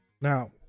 now